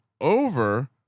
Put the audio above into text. over